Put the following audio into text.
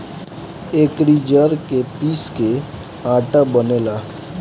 एकरी जड़ के पीस के आटा बनेला